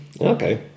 Okay